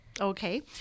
Okay